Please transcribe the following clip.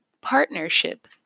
partnership